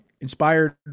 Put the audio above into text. inspired